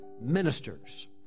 ministers